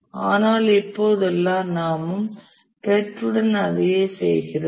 ஆனால் இப்போதெல்லாம் நாமும் PERT உடன் அதையே செய்கிறோம்